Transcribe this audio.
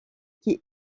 qui